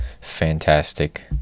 fantastic